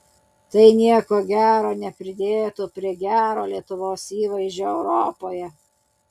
tai nieko gero nepridėtų prie gero lietuvos įvaizdžio europoje